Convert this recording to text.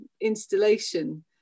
installation